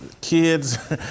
kids